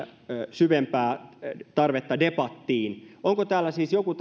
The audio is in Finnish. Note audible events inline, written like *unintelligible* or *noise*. syvempää tarvetta debattiin onko täällä eduskunnassa siis joku *unintelligible*